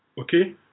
Okay